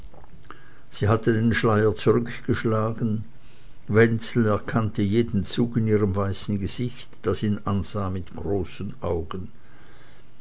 sie hatte den schleier zurückgeschlagen wenzel erkannte jeden zug in ihrem weißen gesicht das ihn ansah mit großen augen